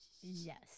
Yes